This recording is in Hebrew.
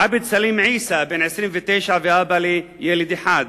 עבד סלים עיסא, בן 29 ואבא לילד אחד,